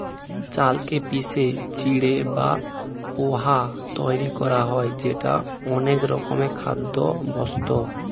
চালকে পিষে চিঁড়ে বা পোহা তৈরি করা হয় যেটা একরকমের খাদ্যবস্তু